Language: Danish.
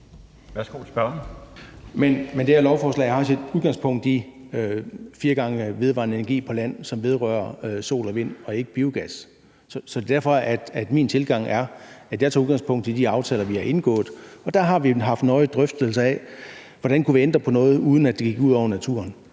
Men det her lovforslag har sit udgangspunkt i fire gange vedvarende energi på land, som vedrører sol og vind og ikke biogas. Så derfor er min tilgang, at jeg tager udgangspunkt i de aftaler, vi har indgået, og der har vi haft nøje drøftelser af, hvordan vi kunne ændre på noget, uden at det gik ud over naturen.